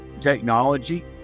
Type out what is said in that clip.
technology